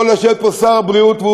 יכול לשבת פה שר הבריאות,